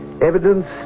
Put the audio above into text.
Evidence